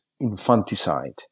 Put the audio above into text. infanticide